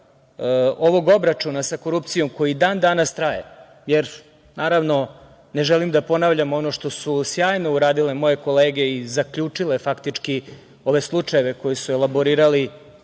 ovog obračuna sa korupcijom koji i dan danas traje, jer naravno, ne želim da ponavljam ono što su sjajno uradile moje kolege i zaključile faktički ove slučajeve koji su elaborirali,